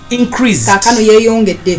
increased